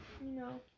No